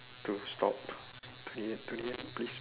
to stop twenty eight twenty eight please